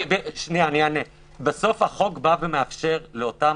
בסוף החוק מאפשר לאותם